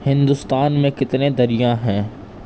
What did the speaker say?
ہندوستان میں کتنے دریا ہیں